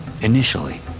Initially